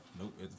Nope